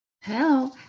Hello